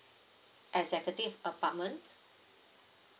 executive apartment